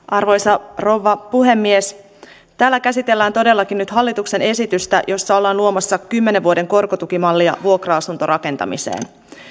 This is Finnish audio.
arvoisa rouva puhemies täällä käsitellään todellakin nyt hallituksen esitystä jossa ollaan luomassa kymmenen vuoden korkotukimallia vuokra asuntorakentamiseen